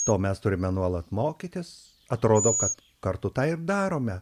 to mes turime nuolat mokytis atrodo kad kartu tą ir darome